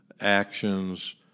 actions